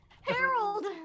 Harold